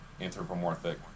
anthropomorphic